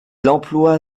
emploie